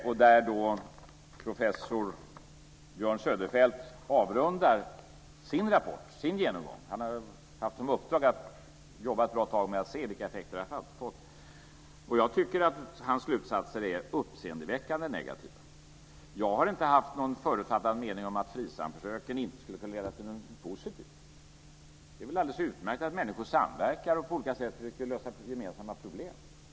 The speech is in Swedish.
Där avrundar professor Björn Söderfeldt sin rapport på det sätt som jag tidigare nämnde. Han har haft som uppdrag att jobba ett bra tag med att se vilka effekter det har haft. Jag tycker att hans slutsatser är uppseendeväckande negativa. Jag har inte haft någon förutfattad mening om att Frisamförsöken inte skulle kunna leda till någonting positivt. Det är väl alldeles utmärkt att människor samverkar och försöker lösa gemensamma problem på olika sätt.